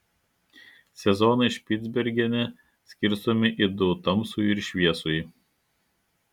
sezonai špicbergene skirstomi į du tamsųjį ir šviesųjį